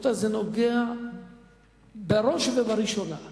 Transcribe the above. רבותי, זה נוגע בראש ובראשונה בפעולות.